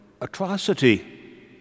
atrocity